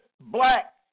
black